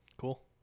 Cool